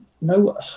no